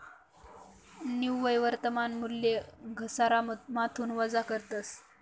निव्वय वर्तमान मूल्य घसारामाथून वजा करतस